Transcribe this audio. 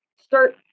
start